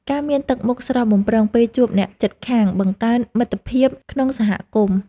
ការមានទឹកមុខស្រស់បំព្រងពេលជួបអ្នកជិតខាង បង្កើនមិត្តភាពក្នុងសហគមន៍។